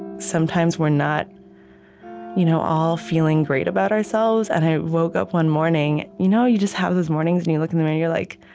sometimes, we're not you know all feeling great about ourselves. and i woke up one morning you know, you just have those mornings, and you look in the mirror, you're like,